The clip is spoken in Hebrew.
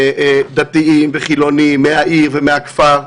דתיים וחילוניים מהעיר ומהכפר.